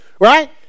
Right